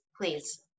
please